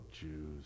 Jews